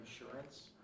insurance